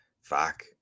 fuck